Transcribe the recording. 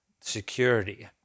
security